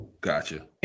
gotcha